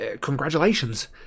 congratulations